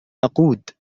أقود